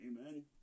Amen